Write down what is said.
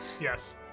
yes